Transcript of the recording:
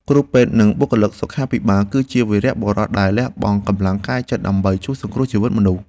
គ្រូពេទ្យនិងបុគ្គលិកសុខាភិបាល គឺជាវីរបុរសដែលលះបង់កម្លាំងកាយចិត្តដើម្បីជួយសង្គ្រោះជីវិតមនុស្ស។